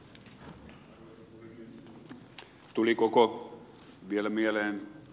tuli vielä mieleen